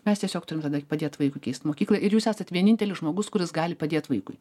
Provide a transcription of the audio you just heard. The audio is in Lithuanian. mes tiesiog turim tada padėt vaikui keist mokyklą ir jūs esat vienintelis žmogus kuris gali padėt vaikui